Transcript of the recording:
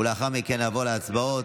ולאחר מכן נעבור להצבעות.